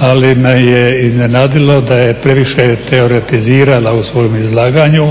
ali me je iznenadilo da je previše teoretizirala u svom izlaganju,